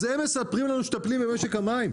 אז הם מספרים לנו שמטפלים במשק המים?